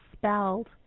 Spelled